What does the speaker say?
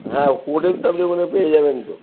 হ্যাঁ হোটেল তো আপনি ওখানে পেয়ে যাবেন তো